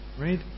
right